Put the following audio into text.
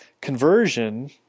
conversion